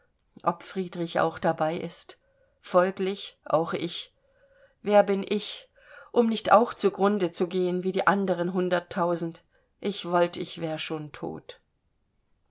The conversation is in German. ob friedrich auch dabei ist folglich auch ich wer bin ich um nicht auch zu grunde zu gehen wie die anderen hunderttausend ich wollt ich wär schon tot